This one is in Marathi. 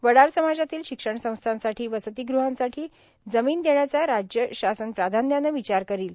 वडार समाजातील शिक्षण संस्थासाठी आणि वसतिगृहांसाठी जमीन देण्याचा राज्य शासन प्राधान्यानं विचार करील